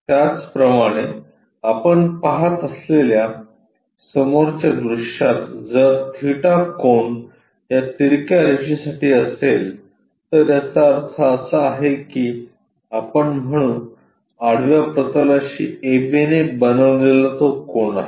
त्याचप्रमाणे आपण पहात असलेल्या समोरच्या दृश्यात जर थिटा कोन या तिरक्या रेषेसाठी असेल तर याचा अर्थ असा आहे की आपण म्हणू आडव्या प्रतलाशी AB ने बनविलेला तो कोन आहे